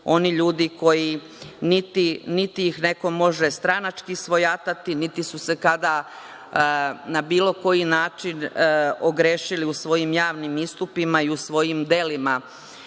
oni ljudi koji niti ih neko može stranački svojatati, niti su se kada na bilo koji način ogrešili u svojim javnim istupima i u svojim delima,